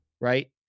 Right